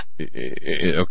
Okay